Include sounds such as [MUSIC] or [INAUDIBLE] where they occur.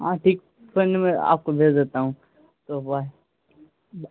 ہاں ٹھیک تورنت میں آپ کو بھیج دیتا ہوں [UNINTELLIGIBLE]